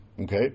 Okay